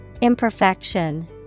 Imperfection